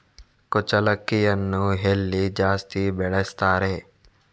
ಕುಚ್ಚಲಕ್ಕಿಯನ್ನು ಎಲ್ಲಿ ಜಾಸ್ತಿ ಬೆಳೆಸ್ತಾರೆ?